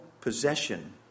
possession